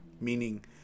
meaning